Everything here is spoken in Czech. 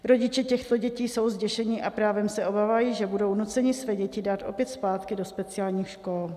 Rodiče těchto dětí jsou zděšeni a právem se obávají, že budou nuceni své děti dát opět zpátky do speciálních škol.